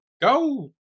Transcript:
go